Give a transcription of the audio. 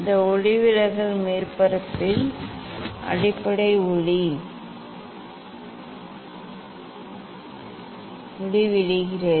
இந்த ஒளிவிலகல் மேற்பரப்பில் அடிப்படை ஒளி விழுகிறது